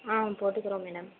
ஆ போட்டுக்குறோம் மேடம்